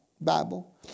Bible